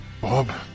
Bob